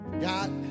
God